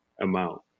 amount